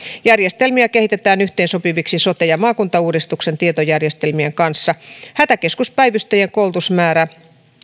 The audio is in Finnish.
järjestelmiä kehitetään yhteensopiviksi sote ja maakuntauudistuksen tietojärjestelmien kanssa hätäkeskuspäivystäjien koulutusmäärää